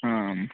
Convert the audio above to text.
आम्